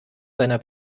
seiner